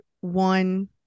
one